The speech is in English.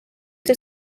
the